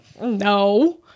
No